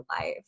life